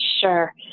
Sure